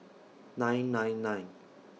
nine nine nine